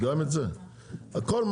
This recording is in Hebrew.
לא,